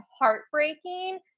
heartbreaking